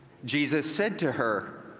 jesus said to her,